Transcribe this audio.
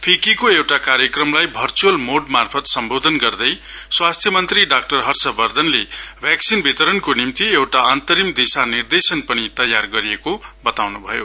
FICCI को एउटा कार्यक्रमलाई भर्चुअल मोडमार्फत सम्बोधन गर्दै स्वास्थ्य मन्त्री डाक्टर हर्ष वर्धनले भैक्सिन वितरणको निम्ति एउटा अन्तरिम दिशानिर्देश तयार गरिएको छ